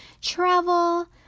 travel